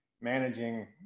managing